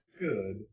Good